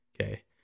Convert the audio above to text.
Okay